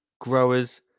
Growers